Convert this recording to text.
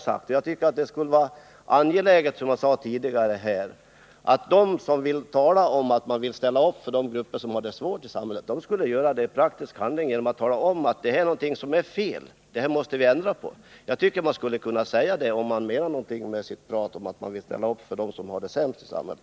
Jag tycker att det borde vara angeläget för dem som talar om att de vill ställa upp för de svagaste grupperna i samhället att göra det genom att erkänna att det här systemet är fel och att vi måste ändra på det. Det tycker jag som sagt att man borde göra, om man menar någonting med sitt prat om att vilja hjälpa dem som har det sämst.